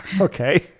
Okay